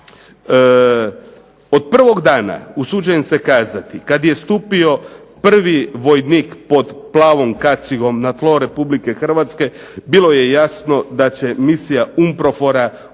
Od prvog dana kada je stupio prvi vojnik pod plavom kacigom na tlo Republike Hrvatske bilo je jasno da će Misija UMPROFOR-a uroditi